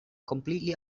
completely